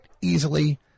easily